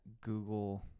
Google